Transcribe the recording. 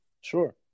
Sure